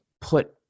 put